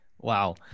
Wow